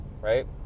Right